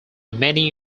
many